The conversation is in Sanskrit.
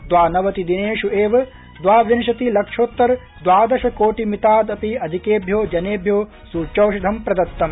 दवानावति दिनेष् एव द्वाविंशति लक्षोत्तर द्वादशकोटि मितादपि अधिकेभ्यो जनेभ्यो सूच्यौषधं प्रदत्तम्